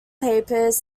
papers